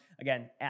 Again